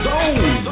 Zone